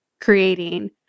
creating